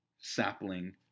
sapling